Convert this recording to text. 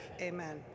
Amen